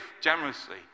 generously